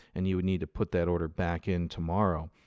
and you would need to put that order back in tomorrow.